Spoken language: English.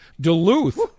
Duluth